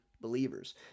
believers